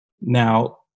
Now